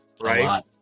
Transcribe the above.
right